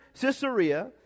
Caesarea